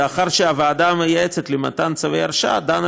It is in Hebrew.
לאחר שהוועדה המייעצת למתן צווי הרשאה דנה